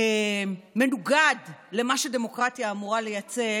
מנוגד למה שדמוקרטיה אמורה לייצג